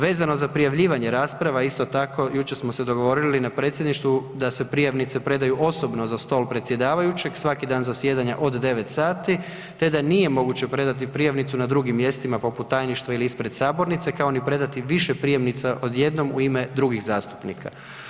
Vezano za prijavljivanje rasprava isto tako jučer smo se dogovorili na predsjedništvu da se prijavnice predaju osobno za stol predsjedavajućeg svaki dan zasjedanja od 9,00 sati, te da nije moguće predati prijavnicu na drugim mjestima poput tajništva ili ispred sabornice kao ni predati više prijavnica od jednom u ime drugih zastupnika.